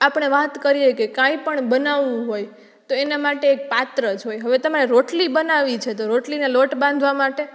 આપણે વાત કરીએ કે કાંઇ પણ બનાવવું હોય તો એના માટે એક પાત્ર જોઈએ હવે તમારે રોટલી બનાવવી છે તો રોટલીના લોટ બાંધવા માટે